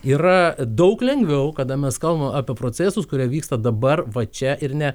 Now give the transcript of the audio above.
yra daug lengviau kada mes kalbame apie procesus kurie vyksta dabar va čia ir ne